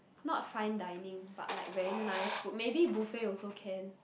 not fine dining but like very nice food maybe buffet also can